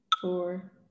four